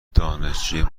دانشجوی